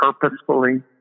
purposefully